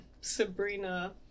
Sabrina